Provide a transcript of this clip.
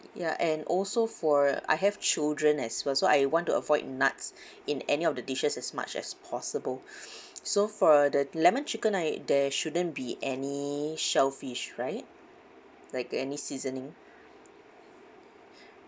yeah and also for I have children as well so I want to avoid nuts in any of the dishes as much as possible so for the lemon chicken I eat there shouldn't be any shellfish right like any seasoning